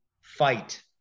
fight